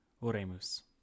Oremus